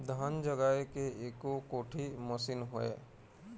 धान जगाए के एको कोठी मशीन हे?